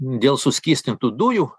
dėl suskystintų dujų